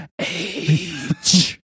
age